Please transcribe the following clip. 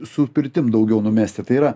su pirtim daugiau numesti tai yra